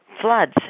floods